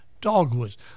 dogwoods